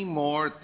more